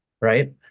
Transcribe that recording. right